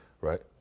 right